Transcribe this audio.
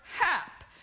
hap